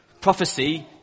Prophecy